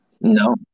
No